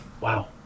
Wow